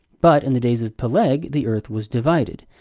but, in the days of peleg, the earth was divided,